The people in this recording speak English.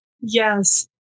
yes